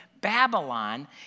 Babylon